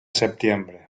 septiembre